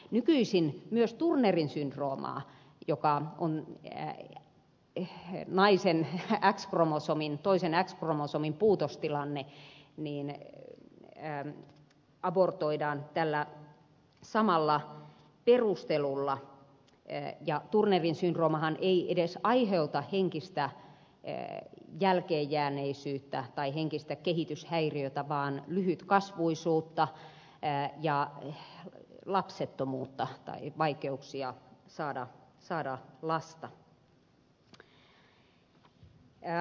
nykyisin myös turnerin syndroomaa joka on naisen toisen x kromosomin puutostilanne abortoidaan tällä samalla perustelulla ja turnerin syndroomahan ei edes aiheuta henkistä jälkeenjääneisyyttä tai henkistä kehityshäiriötä vaan lyhytkasvuisuutta ja lapsettomuutta tai vaikeuksia saada lasta